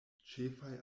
ĉefaj